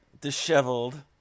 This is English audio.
disheveled